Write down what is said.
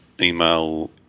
email